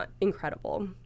incredible